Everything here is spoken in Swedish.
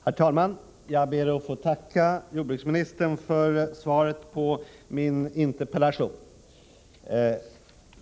Herr talman! Jag ber att få tacka jordbruksministern för svaret på min interpellation.